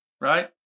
Right